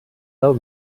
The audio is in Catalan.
del